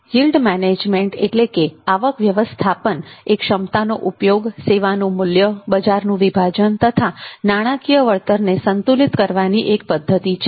yield management આવક વ્યવસ્થાપન એ ક્ષમતાનો ઉપયોગ સેવાનું મૂલ્ય બજારનું વિભાજન તથા નાણાકીય વળતરને સંતુલિત કરવાની એક પદ્ધતિ છે